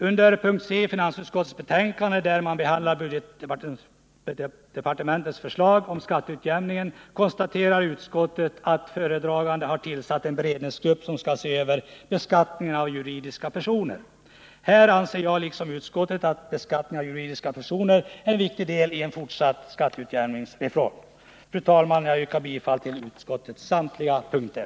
Under punkt Ci finansutskottets betänkande, där budgetdepartementets förslag om skatteutjämningen behandlas, konstaterar utskottet att föredraganden har tillsatt en beredningsgrupp som skall se över beskattningen av juridiska personer. Jag, liksom utskottet, anser att beskattningen av juridiska personer är en viktig del i den fortsatta skatteutjämningsreformen. Fru talman! Jag yrkar bifall till utskottets hemställan på samtliga punkter.